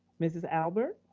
mrs. albert?